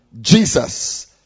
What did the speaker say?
Jesus